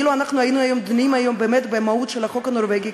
אילו היינו דנים היום באמת במהות של החוק הנורבגי,